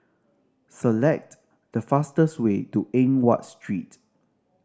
select the fastest way to Eng Watt Street